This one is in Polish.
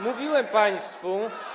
Mówiłem państwu.